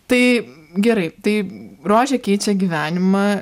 tai gerai tai rožė keičia gyvenimą